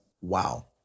Wow